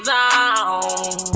Zone